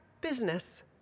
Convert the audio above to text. business